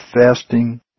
fasting